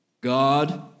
God